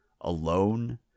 alone